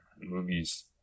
movies